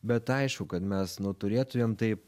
bet aišku kad mes nu turėtumėm taip